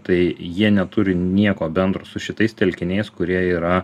tai jie neturi nieko bendro su šitais telkiniais kurie yra